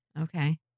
Okay